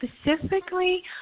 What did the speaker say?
specifically